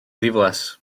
ddiflas